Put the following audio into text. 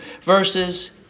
verses